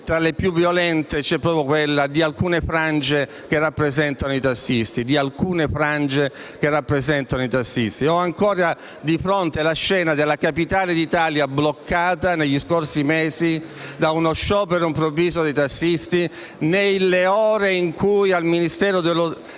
tra le più violente, è proprio quella di alcune frange che rappresentano i tassisti. Ho ancora di fronte la scena della Capitale d'Italia bloccata negli scorsi mesi da uno sciopero improvviso dei tassisti nelle ore in cui al Ministero delle